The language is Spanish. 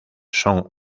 son